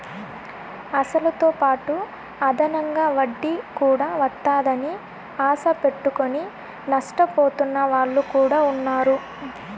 అసలుతోపాటు అదనంగా వడ్డీ కూడా వత్తాదని ఆశ పెట్టుకుని నష్టపోతున్న వాళ్ళు కూడా ఉన్నారు